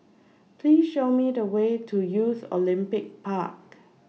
Please Show Me The Way to Youth Olympic Park